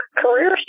career